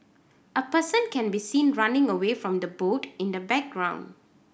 a person can be seen running away from the boat in the background